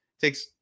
takes